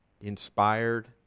inspired